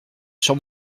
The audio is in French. sur